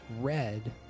red